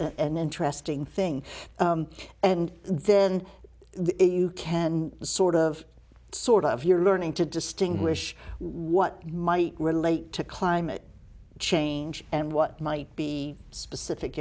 and interesting thing and then you can sort of sort of you're learning to distinguish what might relate to climate change and what might be specific